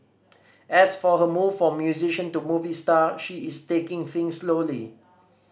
as for her move from musician to movie star she is taking things slowly